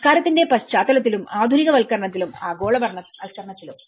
സംസ്കാരത്തിന്റെ പശ്ചാത്തലത്തിലുംആധുനികവൽക്കരണത്തിലുംആഗോളവൽക്കരണത്തിലും